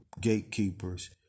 gatekeepers